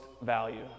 value